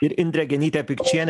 ir indrė genytė pikčienė